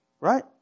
right